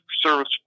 service